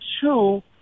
two